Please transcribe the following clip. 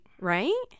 Right